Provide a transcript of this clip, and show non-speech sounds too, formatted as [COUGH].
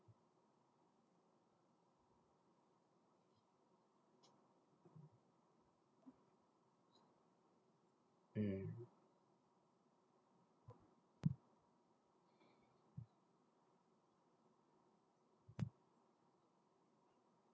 mm [NOISE] [NOISE]